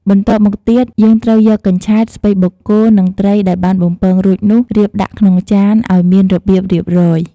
បន្ទាប់មកទៀត យើងត្រូវយកកញ្ឆែត ស្ពៃបូកគោ និងត្រីដែលបានបំពងរួចនោះរៀបដាក់ក្នុងចានឲ្យមានរបៀបរៀបរយ។